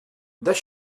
does